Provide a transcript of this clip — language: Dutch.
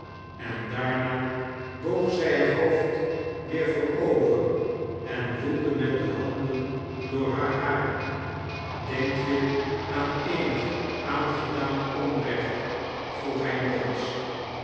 en daarna boog zij het hoofd weer voorover en woelde met de handen door haar haren denk je aan eenig aangedaan onreoht vroeg hij nog eens